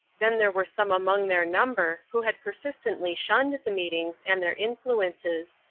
then there were some among their number who had persistently shunned the meetings and their influences,